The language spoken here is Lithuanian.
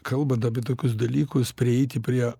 kalbant apie tokius dalykus prieiti prie